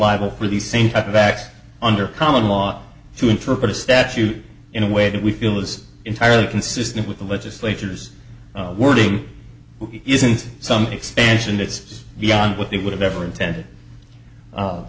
liable for the same type of act under common law to interpret a statute in a way that we feel is entirely consistent with the legislature's wording isn't some expansion it's just beyond what we would have ever intended